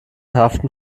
haften